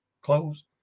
close